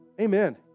Amen